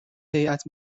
هیات